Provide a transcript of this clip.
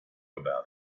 about